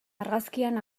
argazkian